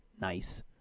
nice